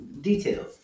details